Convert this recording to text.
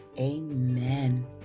Amen